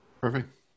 Perfect